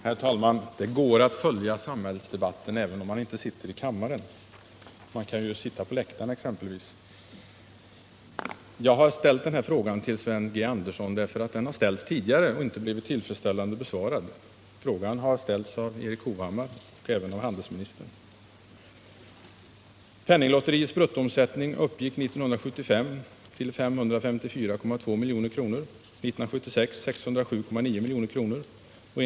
Herr talman! Det går att följa samhällsdebatten även om man inte sitter som ledamot i kammaren. Man kan ju exempelvis sitta på åhörarläktaren. Jag ställde min fråga till Sven G. Andersson eftersom den har ställts tidigare utan att ha blivit tillfredsställande besvarad. Frågan har ställts av Erik Hovhammar och även av handelsministern. Penninglotteriets bruttoomsättning uppgick 1975 till 554,2 milj.kr. och 1976 till 607,9 milj.kr.